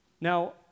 Now